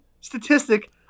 statistic